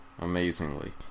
Amazingly